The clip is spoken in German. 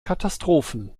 katastrophen